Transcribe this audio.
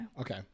Okay